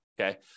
Okay